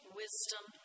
wisdom